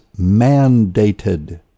mandated